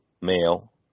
male